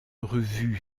revue